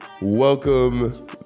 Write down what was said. welcome